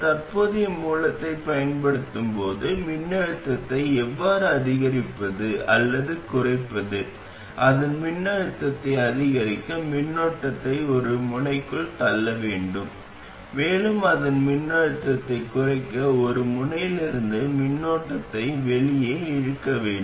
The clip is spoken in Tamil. தற்போதைய மூலத்தைப் பயன்படுத்தும் போது மின்னழுத்தத்தை எவ்வாறு அதிகரிப்பது அல்லது குறைப்பது அதன் மின்னழுத்தத்தை அதிகரிக்க மின்னோட்டத்தை ஒரு முனைக்குள் தள்ள வேண்டும் மேலும் அதன் மின்னழுத்தத்தைக் குறைக்க ஒரு முனையிலிருந்து மின்னோட்டத்தை வெளியே இழுக்க வேண்டும்